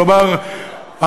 כלומר,